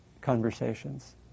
conversations